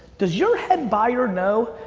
does your head buyer know?